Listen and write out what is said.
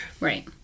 Right